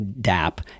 DAP